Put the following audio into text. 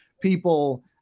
people